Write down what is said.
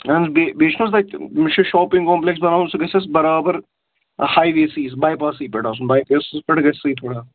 اَہن حظ بیٚیہِ بیٚیہِ چھُنا حظ تَتہِ مےٚ چھُ شاپِنٛگ کَمپٕلیکٕس بَناوُن سُہ گژھِ برابر ہاے وے سیٖز بایپاسٕے پٮ۪ٹھ آسُن بایپَاسَس پٮ۪ٹھ گژھِ سُے تھوڑا